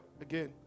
again